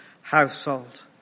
household